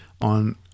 on